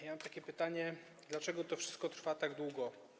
Ja mam takie pytanie: Dlaczego to wszystko trwa tak długo?